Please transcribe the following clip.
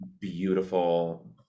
beautiful